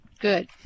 good